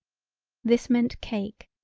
this meant cake.